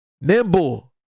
nimble